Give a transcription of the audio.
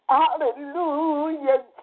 hallelujah